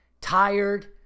tired